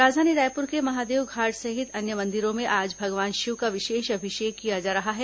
राजधानी रायपुर के महादेव घाट सहित अन्य मंदिरों में आज भगवान शिव का विशेष अभिषेक किया जा रहा है